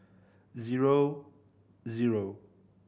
zero zero